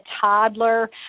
toddler